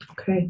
Okay